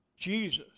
Jesus